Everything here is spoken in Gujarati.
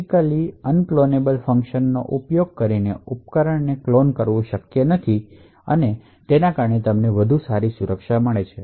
ફિજિકલરૂપે અનક્લોનેબલ ફંકશનનો ઉપયોગ કરીને ઉપકરણને ક્લોન કરવું શક્ય નથી અને તમને વધુ સારી સુરક્ષા મળે છે